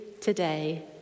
today